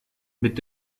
mit